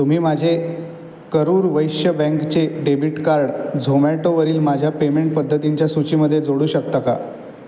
तुम्ही माझे करूर वैश्य बँकचे डेबिट कार्ड झोमॅटोवरील माझ्या पेमेंट पद्धतींच्या सूचीमध्ये जोडू शकता का